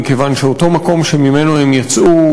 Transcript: מכיוון שאותו מקום שממנו הם יצאו,